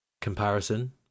comparison